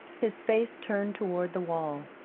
his face turned toward the wall.